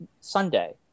Sunday